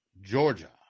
Georgia